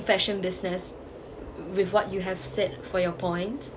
fashion business with what you have said for your points